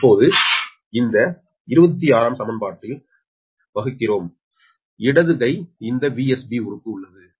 இப்போது இந்த 26 VsB சமன்பட்டால் வாங்குகிறோம் இடது கை இந்த VsB உறுப்பு உள்ளது